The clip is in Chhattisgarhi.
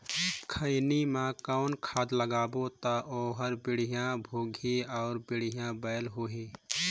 खैनी मा कौन खाद लगाबो ता ओहार बेडिया भोगही अउ बढ़िया बैल होही?